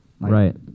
Right